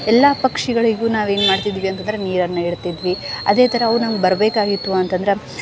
ಎಲ್ಲ ಪಕ್ಷಿಗಳಿಗೂ ನಾವೇನು ಮಾಡ್ತಿದ್ವಿ ಅಂತಂದ್ರೆ ನೀರನ್ನು ಇಡ್ತಿದ್ವಿ ಅದೇ ಥರ ಅವು ನಮ್ಗೆ ಬರಬೇಕಾಗಿತ್ತು ಅಂತಂದ್ರೆ